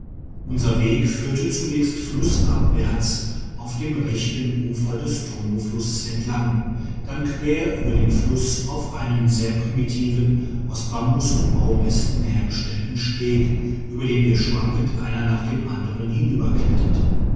unser weg führte zunächst flussabwärts auf dem rechten ufer des tomboflusses entlang dann quer über den fluss auf einem sehr primitiven aus bambus und baumästen hergestellten steg über den wir schwankend einer nach dem anderen